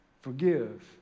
Forgive